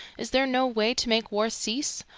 is there no way to make war cease?